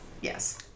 Yes